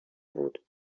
بود